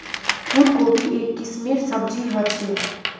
फूल कोबी एक किस्मेर सब्जी ह छे